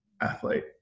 athlete